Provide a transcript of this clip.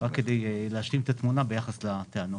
רק כדי להשלים את התמונה ביחס לטענות.